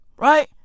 right